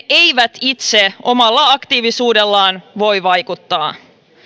eivät itse omalla aktiivisuudellaan voi vaikuttaa